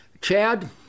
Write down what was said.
Chad